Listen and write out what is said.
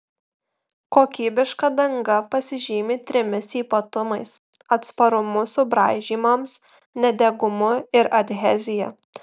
kokybiška danga pasižymi trimis ypatumais atsparumu subraižymams nedegumu ir adhezija